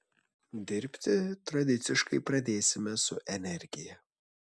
dirbti tradiciškai pradėsime su energija